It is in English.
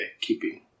keeping